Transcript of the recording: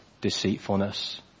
deceitfulness